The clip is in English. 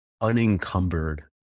unencumbered